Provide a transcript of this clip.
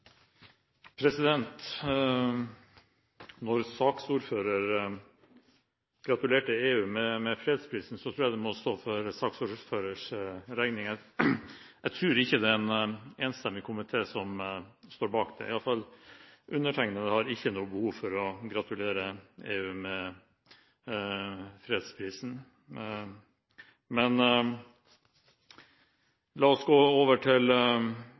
Når saksordføreren gratulerte EU med fredsprisen, tror jeg det får stå for hans regning. Jeg tror ikke det er en enstemmig komité som står bak den gratulasjonen – i alle fall har ikke undertegnede noe behov for å gratulere EU med fredsprisen. Men la oss gå over til